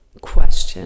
question